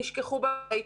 נשכחו בבית.